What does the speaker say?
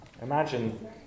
Imagine